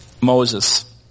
Moses